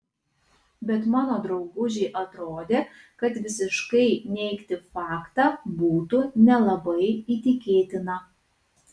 bet mano draugužei atrodė kad visiškai neigti faktą būtų nelabai įtikėtina